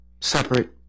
separate